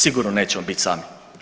Sigurno nećemo bit sami.